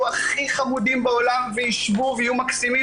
הכי חמודים בעולם וישבו ויהיו מקסימים,